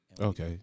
Okay